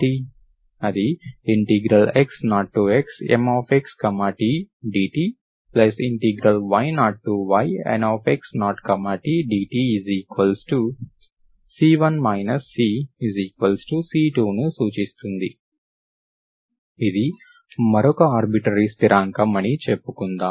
అది x0xMxt dty0yNx0t dtC1 CC2 ని సూచిస్తుంది ఇది మరొక ఆర్బిటరీ స్థిరాంకం అని చెప్పుకుందాం